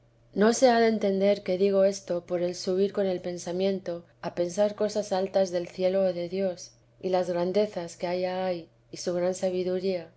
no se ha de entender que digo esto por el subir con el pensamiento a pensar cosas altas del cielo o de dios y las grandezas que allá hay y su gran sabiduría